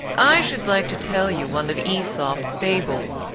i should like to tell you one of aesop's fables.